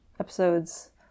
episodes